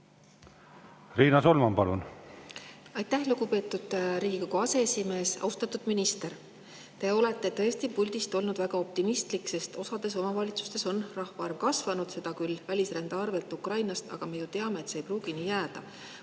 Riina Solman, palun!